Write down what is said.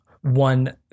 one